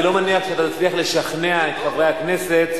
אני לא מניח שאתה תצליח לשכנע את חברי הכנסת,